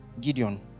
Gideon